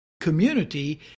community